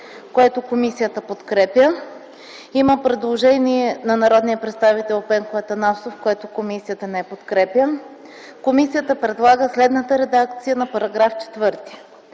което комисията подкрепя. Има предложение на народния представител Пенко Атанасов, което комисията не подкрепя. Комисията предлага следната редакция на § 4: „§ 4.